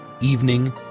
evening